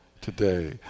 today